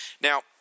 Now